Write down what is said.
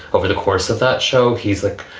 over the course of that show, he's like,